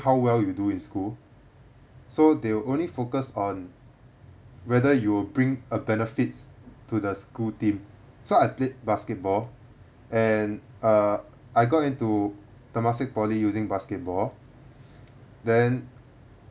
how well you do in school so they will only focus on whether you will bring a benefit to the school team so I played basketball and uh I got into temasek poly using basketball then